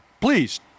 Please